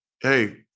hey